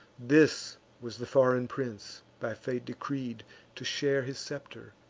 this was the foreign prince, by fate decreed to share his scepter,